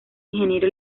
ingeniero